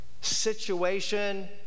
situation